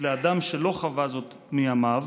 לאדם שלא חווה זאת מימיו